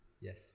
Yes